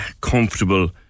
comfortable